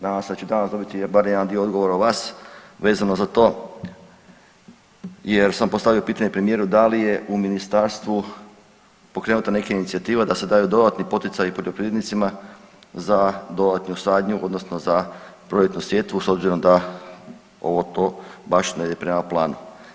Nadam se da ću danas dobiti bar jedan dio odgovora od vas vezano za to jer sam postavio pitanje premijeru da li je u ministarstvu pokrenuta neka inicijativa da se daju dodatni poticaji poljoprivrednicima za … sadnju odnosno za proljetnu sjetvu s obzirom da ovo to baš ne ide prema planu.